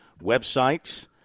websites